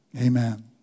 Amen